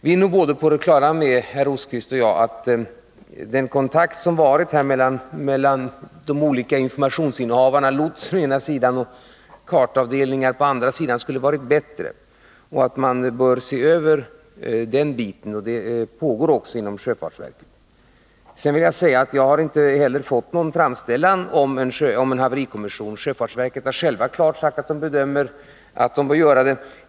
Vi är nog på det klara med, både herr Rosqvist och jag, att den kontakt som har förekommit mellan de olika informationsinnehavarna — lotsen och kartavdelningen — skulle ha varit bättre och att man bör se över den sidan av saken. Det arbetet pågår också inom sjöfartsverket. Sedan vill jag säga att jag inte har fått någon framställning om en haverikommission. Man har på sjöfartsverket klart sagt att man bedömer att verket bör utreda ärendet.